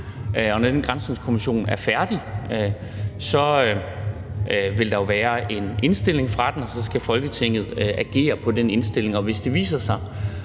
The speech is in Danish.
og når den granskningskommission er færdig, vil der jo være en indstilling fra den, og så skal Folketinget agere på den indstilling. Og hvis det viser sig